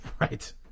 Right